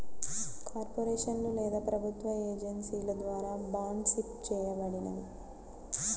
కార్పొరేషన్లు లేదా ప్రభుత్వ ఏజెన్సీల ద్వారా బాండ్సిస్ చేయబడినవి